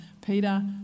Peter